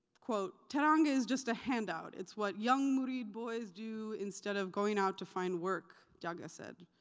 teranga is just a handout. it's what young, moody boys do instead of going out to find work, jaga said.